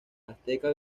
azteca